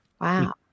Wow